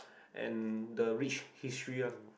and the rich history ya